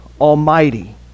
almighty